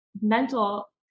mental